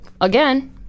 again